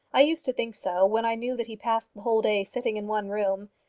i used to think so when i knew that he passed the whole day sitting in one room.